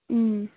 ꯎꯝ